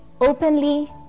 openly